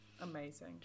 amazing